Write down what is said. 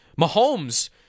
Mahomes